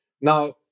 Now